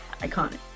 iconic